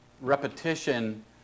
repetition